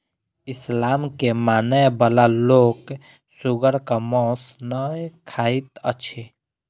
इस्लाम के मानय बला लोक सुगरक मौस नै खाइत अछि